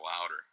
louder